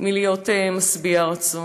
מלהיות משביע רצון.